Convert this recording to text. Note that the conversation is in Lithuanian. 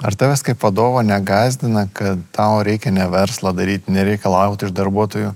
ar tavęs kaip vadovo negąsdina kad tau reikia ne verslą daryti ne reikalauti iš darbuotojų